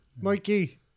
Mikey